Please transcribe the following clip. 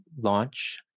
launch